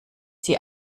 sie